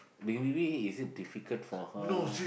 may~ maybe is it difficult for her